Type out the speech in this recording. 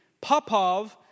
Popov